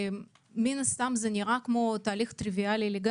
מן הסתם זה נראה כמו תהליך טריוויאלי אבל